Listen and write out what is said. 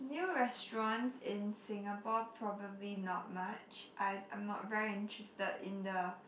new restaurants in Singapore probably not much I I'm not very interested in the